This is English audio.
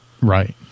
Right